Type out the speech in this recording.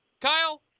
Kyle